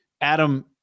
Adam